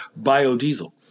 biodiesel